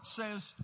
says